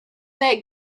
that